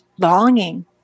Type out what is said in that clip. longing